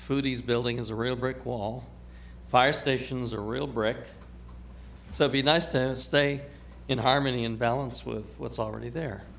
foodies building is a real brick wall fire stations are real brick so be nice to stay in harmony and balance with what's already there